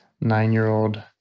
nine-year-old